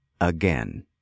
again